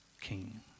king